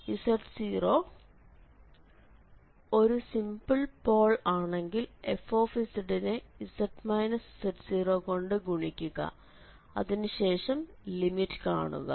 z0 ഒരു simple pole ആണെങ്കിൽ f നെ z z0 കൊണ്ട് ഗുണിക്കുക അതിനു ശേഷം ലിമിറ്റ് കാണുക